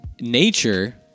nature